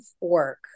work